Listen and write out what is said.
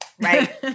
right